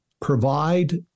provide